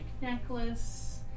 necklace